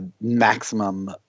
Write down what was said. maximum